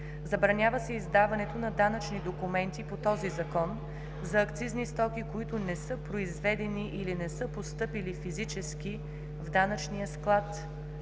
Забранява се издаването на данъчни документи по този закон за акцизни стоки, които не са произведени или не са постъпили физически в данъчния склад